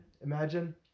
imagine